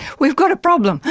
we've got a problem